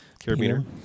Carabiner